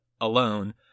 alone